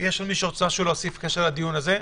יש עוד מישהו שרוצה להוסיף משהו בהקשר הדיון הזה?